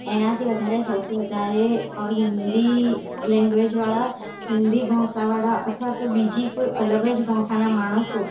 એનાથી વધારે સૌથી વધારે હિન્દી લૅંગ્વેજવાળા હિન્દી ભાષાવાળા અથવા તો બીજી કોઈ અલગ જ ભાષાના માણસો